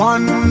One